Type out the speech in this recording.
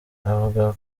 avuga